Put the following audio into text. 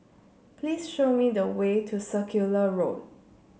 please show me the way to Circular Road